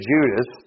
Judas